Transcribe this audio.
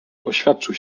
oświadczył